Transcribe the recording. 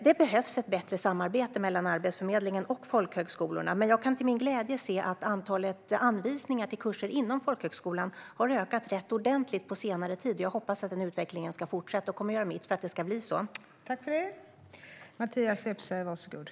Det behövs ett bättre samarbete mellan Arbetsförmedlingen och folkhögskolorna, men jag kan till min glädje se att antalet anvisningar till kurser inom folkhögskolan har ökat rätt ordentligt på senare tid. Jag hoppas att den utvecklingen ska fortsätta och kommer att göra mitt för att det ska bli så.